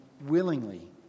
willingly